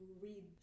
read